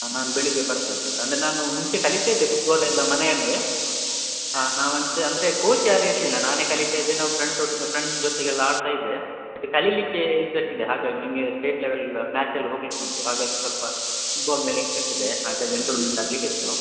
ಹಾಂ ನಾನು ಬೆಳಗ್ಗೆ ಬರ್ತೇನೆ ಸರ್ ಅಂದರೆ ನಾನು ಮುಂಚೆ ಕಲಿತಾ ಇದ್ದೆ ಫುಟ್ಬಾಲ್ ಎಲ್ಲ ಮನೆಯಲ್ಲೇ ಹಾಂ ನಾವು ಅನ್ ಅಂದರೆ ಕೋಚ್ ಯಾರು ಇರಲಿಲ್ಲ ನಾನೇ ಕಲಿತಾ ಇದ್ದೆ ನಮ್ಮ ಫ್ರೆಂಡ್ಸ್ ಒಟ್ಟಿಗೆ ಫ್ರೆಂಡ್ ಜೊತೆಗೆಲ್ಲ ಆಡ್ತಾ ಇದ್ದೆ ಬಟ್ ಕಲಿಯಲಿಕ್ಕೆ ಇಂಟ್ರೆಸ್ಟ್ ಇದೆ ಹಾಗಾಗಿ ನನಗೆ ಸ್ಟೇಟ್ ಲೆವೆಲ್ ಮ್ಯಾಚ್ ಅಲ್ಲಿ ಹೋಗ್ಲಿಕ್ಕೆ ಉಂಟು ಹಾಗಾಗಿ ಸ್ವಲ್ಪ ಫುಟ್ಬಾಲ್ ಮೇಲೆ ಇಂಟ್ರೆಸ್ಟ್ ಇದೆ ಹಾಗಾಗಿ ಎನ್ರೋಲ್ಮೆಂಟ್ ಆಗಲಿಕ್ಕಿತ್ತು